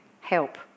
help